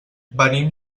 venim